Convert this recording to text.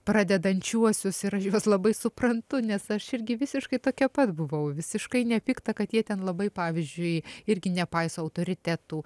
pradedančiuosius ir aš juos labai suprantu nes aš irgi visiškai tokia pat buvau visiškai nepikta kad jie ten labai pavyzdžiui irgi nepaiso autoritetų